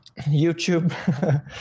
YouTube